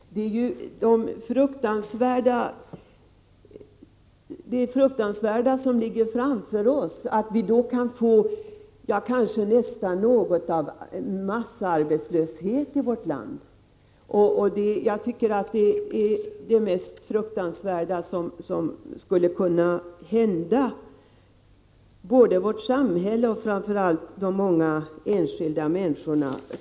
Vi kan ju t.o.m. få något av en massarbetslöshet i vårt land. Jag tycker att detta vore det mest fruktansvärda som kunde hända vårt samhälle och framför allt de många enskilda människorna.